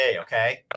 okay